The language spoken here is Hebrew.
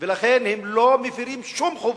ולכן הם לא מפירים שום חובה.